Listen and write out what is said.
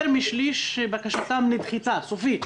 יותר משליש מן הבקשות נדחו סופית.